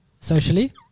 socially